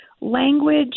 Language